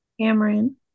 Cameron